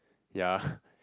ya